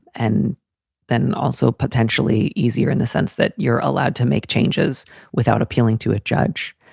and then also potentially easier in the sense that you're allowed to make changes without appealing to a judge.